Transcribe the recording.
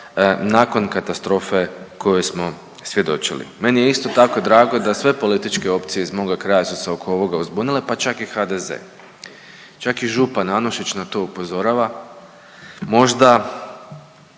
nakon katastrofe kojoj smo svjedočili. Meni je isto tako drago da sve političke opcije iz moga kraja su se oko ovoga uzbunile pa čak i HDZ. Čak i župan Anušić na to upozorava. Možda,